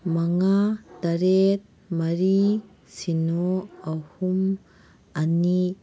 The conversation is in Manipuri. ꯃꯉꯥ ꯇꯔꯦꯠ ꯃꯔꯤ ꯁꯤꯅꯣ ꯑꯍꯨꯝ ꯑꯅꯤ